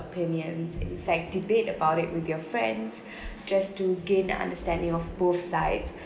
opinions in fact debate about it with your friends just to gain an understanding of both sides